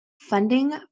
funding